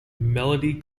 melody